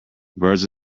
birds